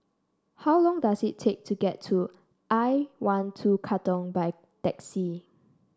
how long does it take to get to I one two Katong by taxi